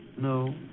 No